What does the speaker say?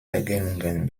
regelungen